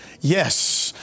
Yes